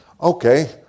Okay